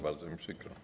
Bardzo mi przykro.